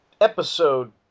episode